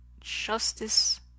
justice